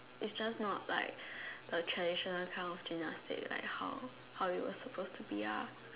it's just not like a traditional kind of gymnastic like how how we were supposed to be ah